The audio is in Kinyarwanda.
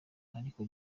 ariko